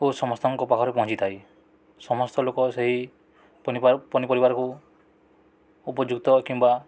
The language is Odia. ଓ ସମସ୍ତଙ୍କ ପାଖରେ ପହଞ୍ଚିଥାଏ ସମସ୍ତ ଲୋକ ସେହି ପନିପରିବାକୁ ଉପଯୁକ୍ତ କିମ୍ବା